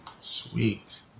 Sweet